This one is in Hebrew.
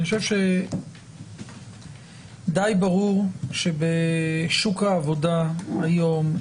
אני חושב שדי ברור שבשוק העבודה היום,